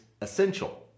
essential